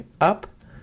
up